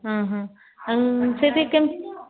ହଁ ହଁ ଆଉ ସେଠି କେମିତି